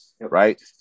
right